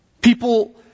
people